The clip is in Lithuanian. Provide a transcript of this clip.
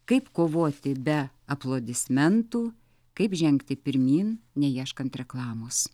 kaip kovoti be aplodismentų kaip žengti pirmyn neieškant reklamos